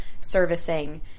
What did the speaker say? servicing